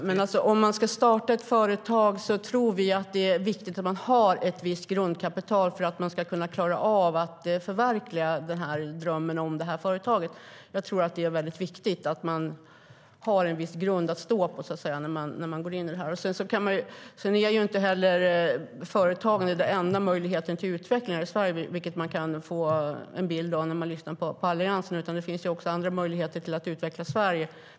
Herr talman! Vi tror att det är viktigt att ha ett visst grundkapital för att klara av att förverkliga drömmen om att starta ett företag. Det är viktigt att ha en viss grund att stå på. Företag är inte den enda möjligheten till utveckling i Sverige - vilket är den bild man får när man lyssnar på Alliansen. Det finns också andra möjligheter till att utveckla Sverige.